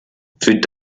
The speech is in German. wird